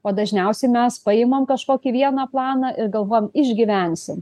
o dažniausiai mes paimam kažkokį vieną planą ir galvojam išgyvensim